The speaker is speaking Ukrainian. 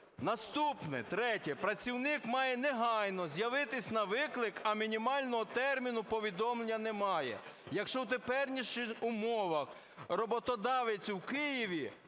Наступне. Третє. Працівник має негайно з'явитись на виклик, а мінімального терміну повідомлення немає. Якщо в теперішніх умовах роботодавець в Києві,